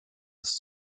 des